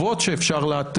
כמה דוגמאות טובות שאפשר לאתר,